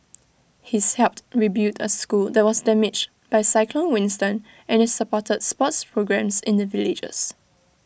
he's helped rebuild A school that was damaged by cyclone Winston and is supported sports programmes in the villages